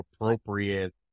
appropriate